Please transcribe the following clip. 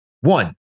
One